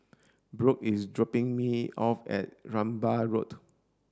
Brook is dropping me off at Rambai Road